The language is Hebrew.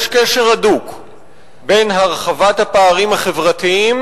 יש קשר הדוק בין הרחבת הפערים החברתיים